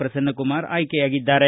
Prasannakumar ಆಯ್ಲೆಯಾಗಿದ್ದಾರೆ